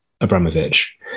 Abramovich